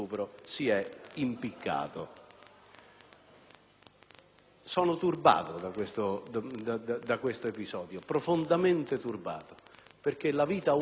sono turbato da questo episodio, profondamente turbato, perché la vita umana, in qualunque persona